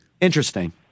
Interesting